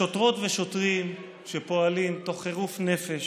שוטרות ושוטרים שפועלים תוך חירוף נפש